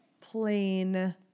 plain